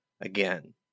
again